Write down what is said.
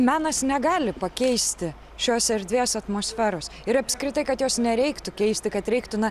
menas negali pakeisti šios erdvės atmosferos ir apskritai kad jos nereiktų keisti kad reiktų na